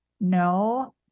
no